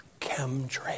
chemtrails